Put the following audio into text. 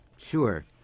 Sure